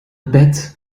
bat